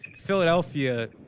Philadelphia